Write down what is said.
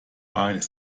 eines